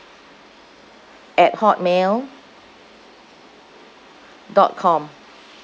at hot mail dot com